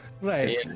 Right